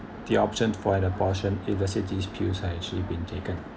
the option for an abortion if a pills are actually been taken